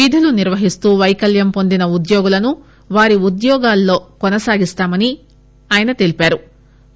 విధులు నిర్వహిస్తు వైకల్యం పొందిన ఉద్యోగులను వారి ఉద్యోగాల్లో కొనసాగిస్తామని ఆయన తెలిపారు